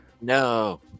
no